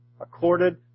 accorded